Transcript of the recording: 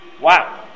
Wow